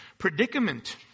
predicament